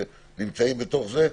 נמצאים בתוך זה?